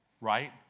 right